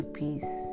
peace